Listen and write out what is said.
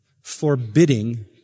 forbidding